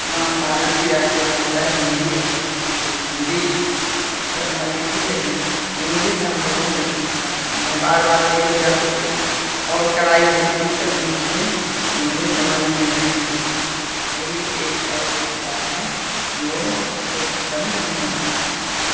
भारत की राष्ट्रीय भाषा हिंदी है और हिंदी पसंद आती थी लेकिन इंग्लिस हम लोग को नहीं पसंद आती थी मैं बार बार फेल हो जाती थी बहुत कड़ाई होती थी तभी मुझे इंग्लिस समझ में नहीं आती थी वही एक ऐसी किताब है जो मुझे पसंद नहीं आती थी